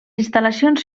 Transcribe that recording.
instal·lacions